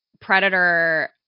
predator